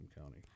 County